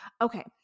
Okay